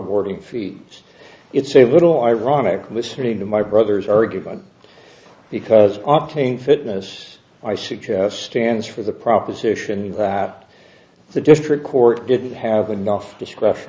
according feeds it's a little ironic listening to my brother's argument because octane fitness i suggest stands for the proposition that the district court didn't have enough discretion